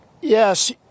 Yes